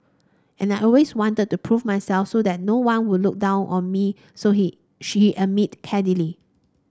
and I always wanted to prove myself so that no one would look down on me so he she admit candidly